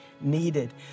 needed